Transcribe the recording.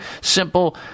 simple